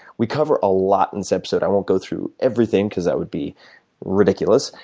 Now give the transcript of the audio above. we cover a lot in this episode. i won't go through everything because that would be ridiculous,